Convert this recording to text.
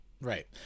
right